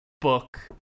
book